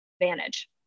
advantage